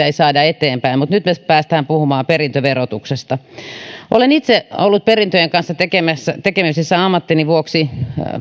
ei saada eteenpäin mutta nyt me pääsemme puhumaan perintöverotuksesta olen itse ollut perintöjen kanssa tekemisissä tekemisissä ammattini vuoksi